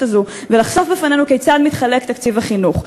הזאת ולחשוף בפנינו כיצד מתחלק תקציב החינוך.